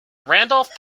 randolph